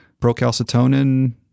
Procalcitonin